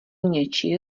něčí